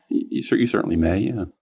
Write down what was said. you so you certainly may yeah.